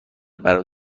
برا